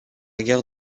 guerre